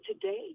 today